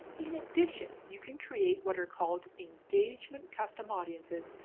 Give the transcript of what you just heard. in addition, you can create what are called engagement custom audiences,